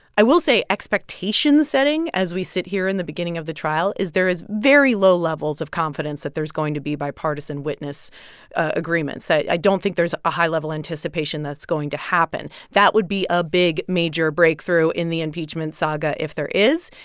i will say expectation-setting, as we sit here in the beginning of the trial, is there is very low levels of confidence that there's going to be bipartisan witness agreements. i don't think there's a high-level anticipation that's going to happen. that would be a big major breakthrough in the impeachment saga if there is.